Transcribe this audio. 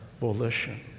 volition